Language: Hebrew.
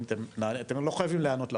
אתם גם לא חייבים להיענות,